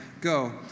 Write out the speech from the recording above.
Go